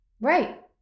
right